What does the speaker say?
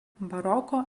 baroko